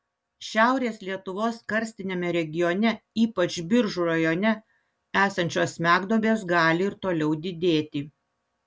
šiaurės lietuvos karstiniame regione ypač biržų rajone esančios smegduobės gali ir toliau didėti